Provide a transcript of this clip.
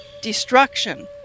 Destruction